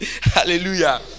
Hallelujah